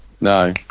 No